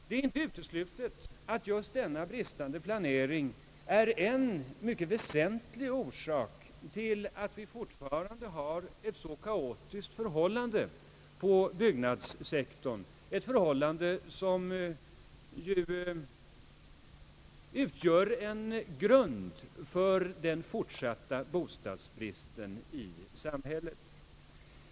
Det är inte uteslutet att den bristande möjligheten till planering som regeringens politik skapat är en mycket väsentlig orsak till att det fortfarande råder ett så kaotiskt förhållande på bostadssektorn; ett förhållande som är grunden för den fortsatta bostadsbristen i samhället.